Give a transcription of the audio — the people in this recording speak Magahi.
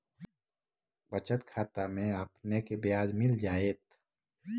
बचत खाता में आपने के ब्याज मिल जाएत